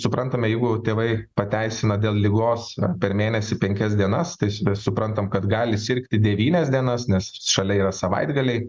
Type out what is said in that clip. suprantame jeigu tėvai pateisina dėl ligos per mėnesį penkias dienas tai suprantam kad gali sirgti devynias dienas nes šalia yra savaitgaliai